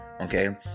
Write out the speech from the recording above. okay